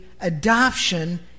adoption